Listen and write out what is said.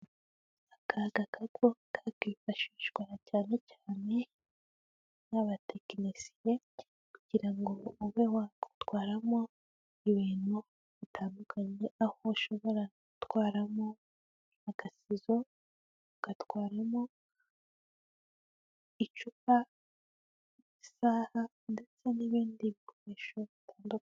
Aka gakapo kakifashishwa cyane cyane n'abatekinisiye kugira ngo ube watwaramo ibintu bitandukanye, aho ushobora gutwaramo agasizo, ugatwaramo icupa, isaha ndetse n'ibindi bikoresho bitandukanye.